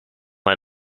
mij